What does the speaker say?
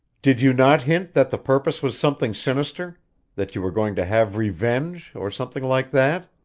did you not hint that the purpose was something sinister that you were going to have revenge, or something like that?